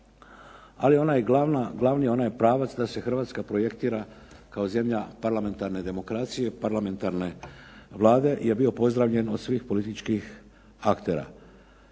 ali glavni onaj pravac da se Hrvatska projektira kao zemlja parlamentarne demokracije, parlamentarne Vlade je bio pozdravljen od svih političkih aktera.